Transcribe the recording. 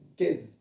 kids